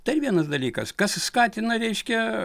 tai vienas dalykas kas skatina reiškia